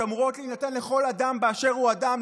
שאמורות להינתן לכל אדם באשר הוא אדם,